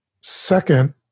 Second